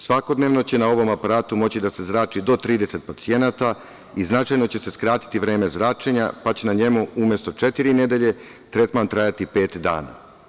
Svakodnevno će na ovom aparatu moći da se zrači do 30 pacijenata i značajno će se skratiti vreme zračenja, pa će na njemu umesto četiri nedelje, tretman trajati pet dana.